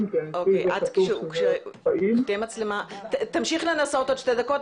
שזה חלק מתרבות השתקה במדינה כולה.